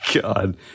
God